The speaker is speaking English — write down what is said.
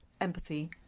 empathy